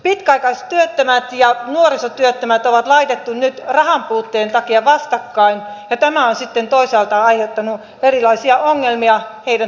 pitkäaikaistyöttömät ja nuorisotyöttömät on laitettu nyt rahanpuutteen takia vastakkain ja tämä on sitten toisaalta aiheuttanut erilaisia ongelmia heidän työllistämisekseen